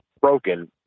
broken